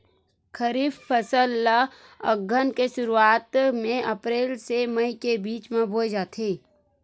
खरीफ फसल ला अघ्घन के शुरुआत में, अप्रेल से मई के बिच में बोए जाथे